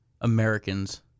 Americans